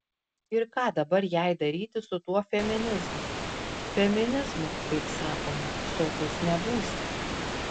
ir ką dabar jai daryti su tuo feminizmu feminizmu kaip sakoma sotus nebūsi